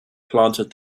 planted